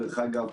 דרך אגב,